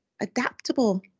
adaptable